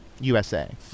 USA